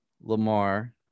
Lamar